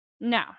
No